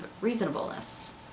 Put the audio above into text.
reasonableness